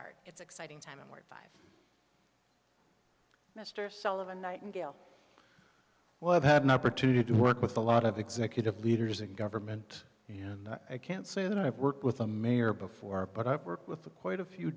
art it's exciting time work by mr sullivan nightingale well i've had an opportunity to work with a lot of executive leaders in government and i can't say that i've worked with a mayor before but i've worked with quite a few